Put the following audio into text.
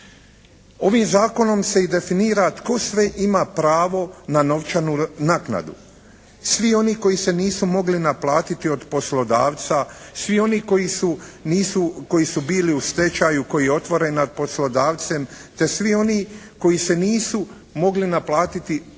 Ovim zakonom se i definira tko sve ima pravo na novčanu naknadu. Svi oni koji se nisu mogli naplatiti od poslodavca, svi oni koji su, koji nisu, koji su bili u stečaju koji je otvoren nad poslodavcem te svi oni koji se nisu mogli naplatiti niti